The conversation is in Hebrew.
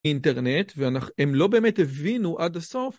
אינטרנט, והם לא באמת הבינו עד הסוף.